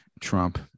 Trump